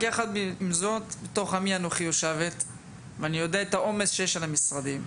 רק שבתוך עמי אנוכי יושב ואני יודע את העומס שיש על המשרדים.